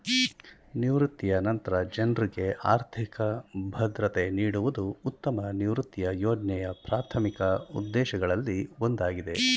ನಿವೃತ್ತಿಯ ನಂತ್ರ ಜನ್ರುಗೆ ಆರ್ಥಿಕ ಭದ್ರತೆ ನೀಡುವುದು ಉತ್ತಮ ನಿವೃತ್ತಿಯ ಯೋಜ್ನೆಯ ಪ್ರಾಥಮಿಕ ಉದ್ದೇಶದಲ್ಲಿ ಒಂದಾಗಿದೆ